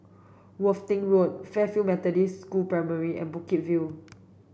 Worthing Road Fairfield Methodist School Primary and Bukit View